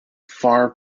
far